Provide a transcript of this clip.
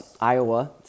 Iowa